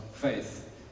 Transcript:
faith